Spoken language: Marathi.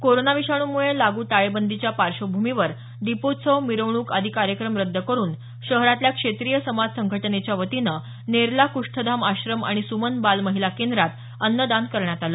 कोरोनाविषाणूमुळे लागू टाळेबंदीच्या पार्श्वभूमीवर दीपोत्सव मिरवणूक आदी कार्यक्रम रद्द करून शहरातल्या क्षेत्रीय समाज संघटनेच्यावतीनं नेरला क्ष्ठधाम आश्रम आणि स्मन बाल महिला केंद्रात अन्नदान करण्यात आल